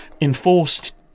enforced